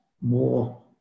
more